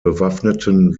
bewaffneten